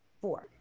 four